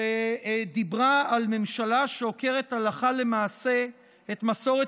שדיברה על ממשלה שעוקרת הלכה למעשה את מסורת